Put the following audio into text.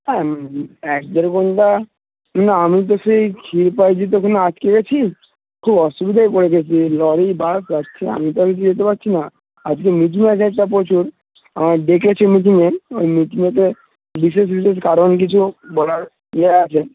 হ্যাঁ এক দেড় ঘন্টা না আমি তো সেই ক্ষীরপাই যেতে ওখানে আটকে গেছি খুব অসুবিধায় পড়ে গেছি লরি বাস আসছে আমি তো আর যেতে পারছি না আজকে মিটিং আছে একটা প্রচুর ডেকেছে মিটিংয়ে ওই মিটিংয়েতে বিশেষ বিশেষ কারণ কিছু বলার ইয়ে আছে